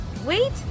Wait